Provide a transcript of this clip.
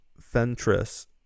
Fentress